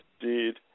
indeed